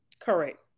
Correct